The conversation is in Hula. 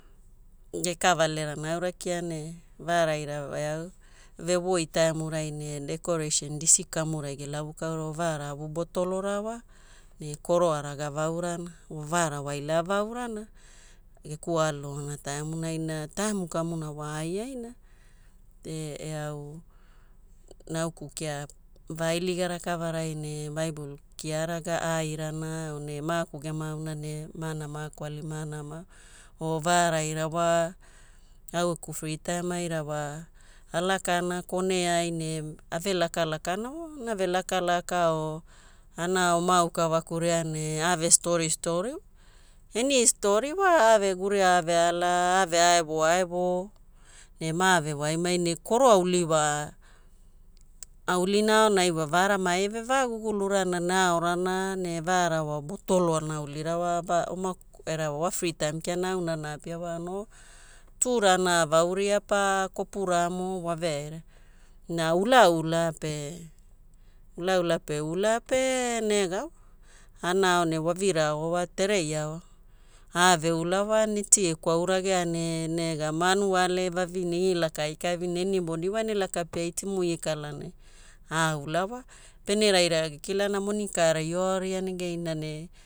Ge kavalerana aura kia ne vaaraira wa eau vevoi taimurai ne decoration disi kamurai gelavukaurana, vaara avu potolora wa, ne koroara gavaurana, vaara waila avaurana geku aaluaona taimunai. Na taimu kamuna wa aaiaina ne eau nauku kia vailigara kavarai ne Bible kiaara aairana o ne maaku gemauna ne mana makoali mana mau. O vaaraira wa, au geku free time aira wa alakana kone ai ne ave lakalakana wa anave lakalaka o ana ao maukavakuria ne ave storistori wa. Any story wa ave guria ave ala, ave aevoaevo ne mavewaimai. Ne koroa- uli wa aulina aonai wa vaarawa maeve vagugulurana ne aaorana ne vaara wa potolo ana ulira wa va oma era wa free time kiana auna ana apia wa no two ra ana vauria pa kopuramo waveaira. Na ulaula pe, ulaula pe ula pe negawa, ana ao ne wa vira hour wa, terei hour? Aave ula wa neti ie kwauragea ne nega manuale, vavine ie lakaaikavi ne anybody wa ene lakapiai timu ie kala ne aula wa. Pene raira gekilana moni kaaara io aoria negeina ne